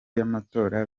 y’amatora